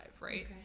right